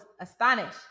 astonished